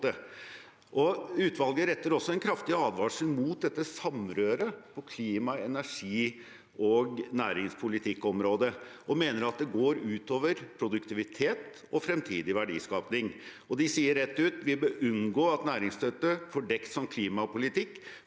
Utvalget retter også en kraftig advarsel mot dette samrøret på klima-, energi- og næringspolitikkområdet og mener at det går ut over produktivitet og framtidig verdiskaping. De sier rett ut: «Vi bør unngå at næringsstøtte fordekt som klimapolitikk